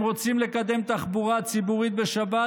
הם רוצים לקדם תחבורה ציבורית בשבת,